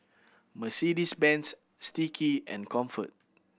Mercedes Benz Sticky and Comfort